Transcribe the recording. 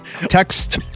Text